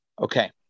Okay